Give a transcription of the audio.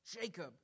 Jacob